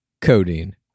codeine